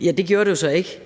Ja, det gjorde det jo så ikke,